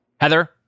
Heather